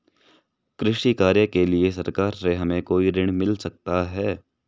कृषि कार्य के लिए सरकार से हमें कोई ऋण मिल सकता है?